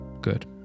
good